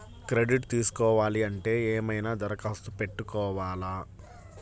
Credit తీసుకోవాలి అంటే ఏమైనా దరఖాస్తు పెట్టుకోవాలా?